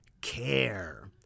Care